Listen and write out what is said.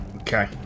Okay